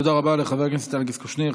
תודה רבה לחבר הכנסת אלכס קושניר.